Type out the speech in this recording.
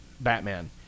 Batman